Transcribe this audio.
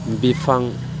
बिफां